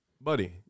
buddy